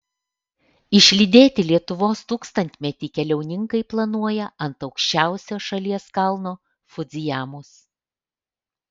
išlydėti lietuvos tūkstantmetį keliauninkai planuoja ant aukščiausio šalies kalno fudzijamos